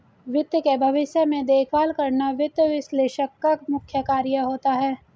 वित्त के भविष्य में देखभाल करना वित्त विश्लेषक का मुख्य कार्य होता है